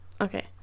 okay